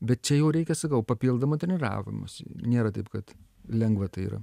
bet čia jau reikia sakau papildomo treniravimosi nėra taip kad lengva tai yra